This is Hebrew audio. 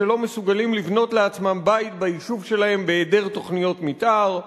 שלא מסוגלים לבנות לעצמם בית ביישוב שלהם בהיעדר תוכניות מיתאר,